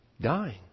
dying